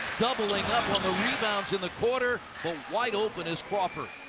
doubling up on the rebounds in the quarter, but wide open is craw